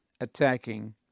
attacking